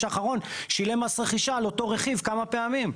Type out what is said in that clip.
האחרון שילם מס רכישה על אותו רכיב כמה פעמים.